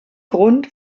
grund